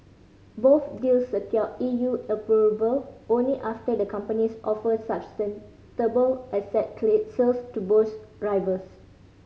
both deals secured E U approval only after the companies offered asset sales to boost rivals